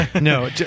No